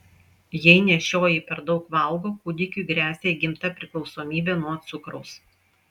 jei nėščioji per daug valgo kūdikiui gresia įgimta priklausomybė nuo cukraus